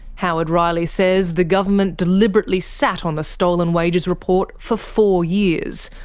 howard riley says the government deliberately sat on the stolen wages report for four years,